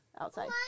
outside